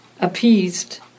appeased